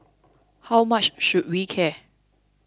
how much should we care